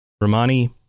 Romani